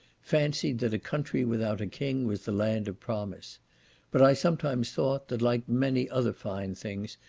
fancied that a country without a king, was the land of promise but i sometimes thought that, like many other fine things,